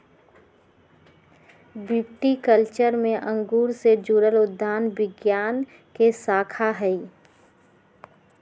viticulture में अंगूर से जुड़ल उद्यान विज्ञान के शाखा हई